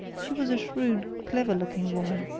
she was a shrewd, clever-looking woman,